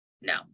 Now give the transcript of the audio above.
No